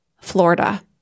Florida